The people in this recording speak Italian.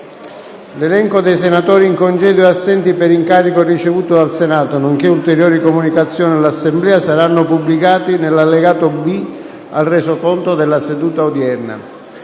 L'elenco dei senatori in congedo e assenti per incarico ricevuto dal Senato, nonché ulteriori comunicazioni all'Assemblea saranno pubblicati nell'allegato B al Resoconto della seduta odierna.